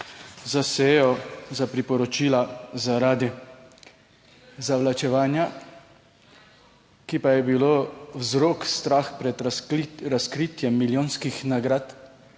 za sejo, za priporočila zaradi zavlačevanja, ki pa je bilo vzrok strah pred razkritjem milijonskih nagrad